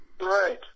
Right